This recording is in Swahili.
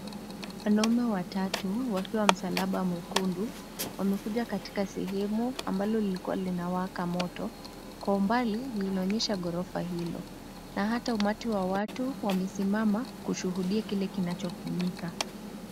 Wanaume watatu wakiwa wa mslaba mwekundu wamekuja katika sehemu ambayo ilikuwa inawaka moto. Kwa mbali, linaonyeshagorofa hilo, na hata umati wa watu wamesimama kushuhudia kile kinachoendelea.